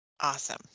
Awesome